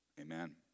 Amen